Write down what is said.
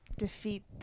defeat